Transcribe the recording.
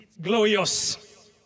glorious